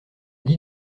dis